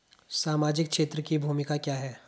सामाजिक क्षेत्र की भूमिका क्या है?